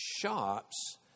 shops